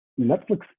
Netflix